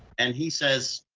and he says,